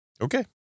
Okay